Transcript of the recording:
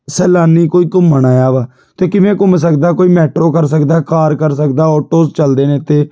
ਸੈਲਾਨੀ ਕੋਈ ਘੁੰਮਣ ਆਇਆ ਵਾ ਅਤੇ ਕਿਵੇਂ ਘੁੰਮ ਸਕਦਾ ਕੋਈ ਮੈਟਰੋ ਕਰ ਸਕਦਾ ਕਾਰ ਕਰ ਸਕਦਾ ਔਟੋਜ਼ ਚੱਲਦੇ ਨੇ ਇੱਥੇ